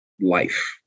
life